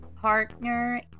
partner